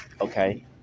Okay